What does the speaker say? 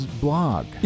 blog